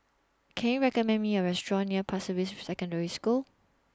Can YOU recommend Me A Restaurant near Pasir Ris Secondary School